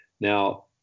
Now